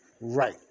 right